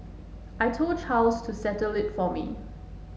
I told Charles to settle it for me